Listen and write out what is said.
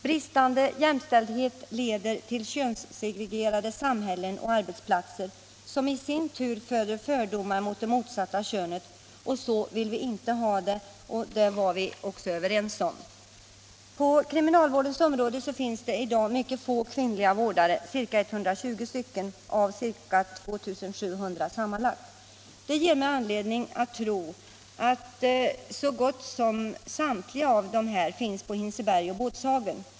Bristande jämställdhet leder till könssegregerade samhällen och arbetsplatser som i sin tur alstrar fördomar mot det motsatta könet. Så vill vi inte ha det; det är vi också överens om. På kriminalvårdens område finns det i dag mycket få kvinnliga vårdare, ca 120 stycken av omkring 2 700 sammanlagt. Det ger mig anledning att tro att så gott som samtliga dessa kvinnliga vårdare finns på Hinseberg och Båtshagen.